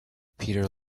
peter